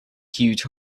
huge